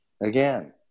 again